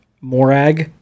Morag